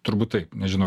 turbūt taip nežinau